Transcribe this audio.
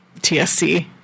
TSC